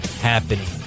happening